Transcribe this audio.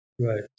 Right